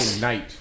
night